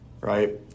right